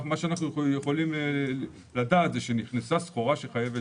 מה שאנחנו יכולים לדעת זה שנכנסה סחורה שחייבת